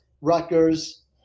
Rutgers